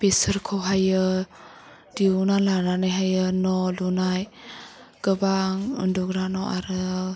बिसोरखौहायो दिहुना लानानैहायो न' लुनाय गोबां उन्दुग्रा न' आरो